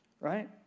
right